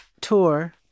tour